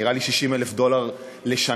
נראה לי 60,000 דולר לשנת